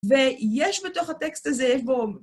ויש בתוך הטקסט הזה, יש בו...